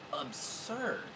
absurd